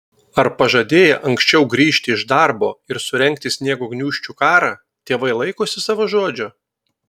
ar pažadėję anksčiau grįžti iš darbo ir surengti sniego gniūžčių karą tėvai laikosi savo žodžio